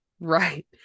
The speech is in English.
Right